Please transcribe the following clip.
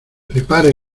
prepare